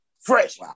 fresh